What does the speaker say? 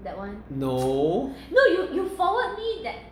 no